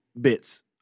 bits